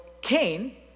Cain